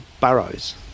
burrows